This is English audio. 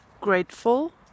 grateful